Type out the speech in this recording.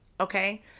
Okay